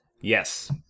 Yes